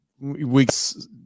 weeks